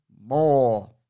more